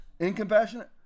Incompassionate